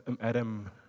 Adam